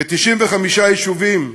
כ-95 יישובים,